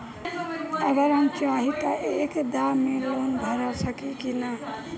अगर हम चाहि त एक दा मे लोन भरा सकले की ना?